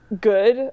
good